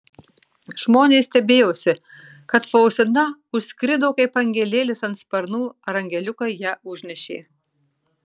žmonės stebėjosi kad faustina užskrido kaip angelėlis ant sparnų ar angeliukai ją užnešė